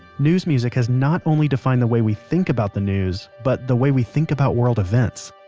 news music has not only defined the way we think about the news, but the way we think about world events.